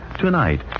Tonight